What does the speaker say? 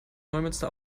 neumünster